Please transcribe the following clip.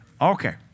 Okay